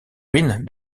ruine